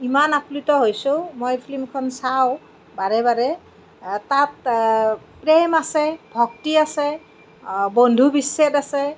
ইমান আপ্লুত হৈছো মই ফিল্মখন চাওঁ বাৰে বাৰে তাত প্ৰেম আছে ভক্তি আছে বন্ধু বিচ্ছেদ আছে